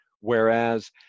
whereas